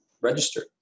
registered